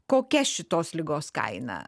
kokia šitos ligos kaina